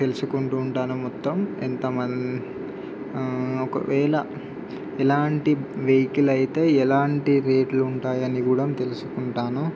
తెలుసుకుంటూ ఉంటాను మొత్తం ఎంత మంది ఒకవేళ ఎలాంటి వెహికిల్ అయితే ఎలాంటి రేట్లు ఉంటాయని కూడా తెలుసుకుంటాను